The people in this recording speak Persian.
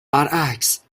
برعکس